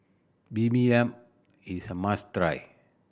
bibimbap is a must try